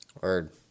Word